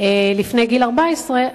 לפני גיל 14,